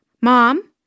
Mom